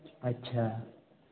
अच्छा